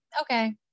okay